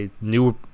new